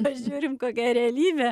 pažiūrim kokia realybė